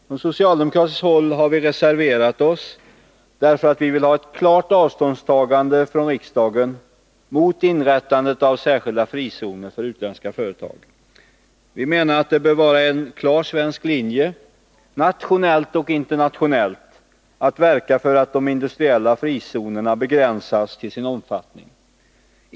Från socialdemokratiskt håll har vi reserverat oss därför att vi vill ha ett klart avståndstagande från riksdagens sida mot inrättandet av särskilda frizoner för utländska företag. Vi menar att det bör vara en klar svensk linje — nationellt och internationellt — att verka för att de industriella frizonerna begränsas till sin omfattning.